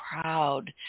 proud